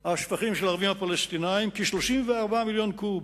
השפכים של הערבים-הפלסטינים: כ-34 מיליון קוב,